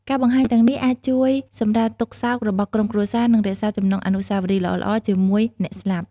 ការបង្ហាញទាំងនេះអាចជួយសម្រាលទុក្ខសោករបស់ក្រុមគ្រួសារ និងរក្សាចំណងអនុស្សាវរីយ៍ល្អៗជាមួយអ្នកស្លាប់។